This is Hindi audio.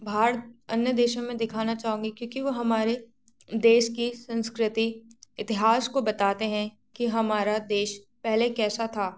भाहर अन्य देशों मे दिखाना चाहूँगी क्योंकि वो हमारे देश की संस्कृति इतिहास को बताते हैं कि हमारा देश पहले कैसा था